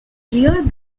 cleared